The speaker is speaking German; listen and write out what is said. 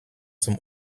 zum